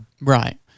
Right